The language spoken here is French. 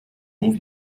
bons